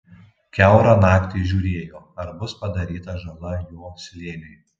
kiaurą naktį žiūrėjo ar bus padaryta žala jo slėniui